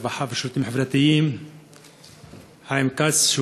הרווחה והשירותים החברתיים חיים כץ,